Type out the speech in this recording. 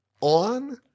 on